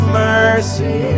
mercy